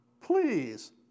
Please